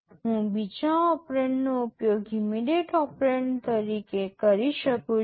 હું બીજા ઓપરેન્ડનો ઉપયોગ ઇમિડિયેટ ઓપરેન્ડ તરીકે કરી શકું છું